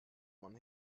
man